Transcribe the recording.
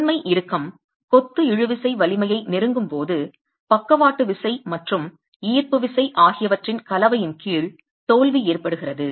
முதன்மை இறுக்கம் கொத்து இழுவிசை வலிமையை நெருங்கும் போது பக்கவாட்டு விசை மற்றும் ஈர்ப்பு விசை ஆகியவற்றின் கலவையின் கீழ் தோல்வி ஏற்படுகிறது